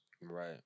Right